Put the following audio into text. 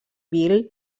bill